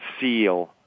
seal